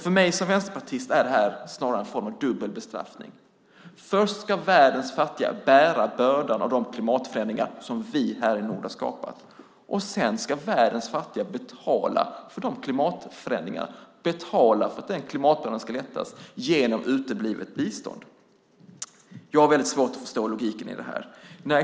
För mig, som vänsterpartist, är detta snarare en form av dubbel bestraffning. Först ska världens fattiga bära bördan av de klimatförändringar som vi här i Norden har skapat. Sedan ska världens fattiga betala för de klimatförändringarna, betala för att klimatbördan ska lättas, genom uteblivet bistånd. Jag har väldigt svårt att förstå logiken i det.